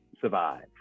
survive